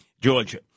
Georgia